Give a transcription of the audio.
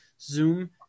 Zoom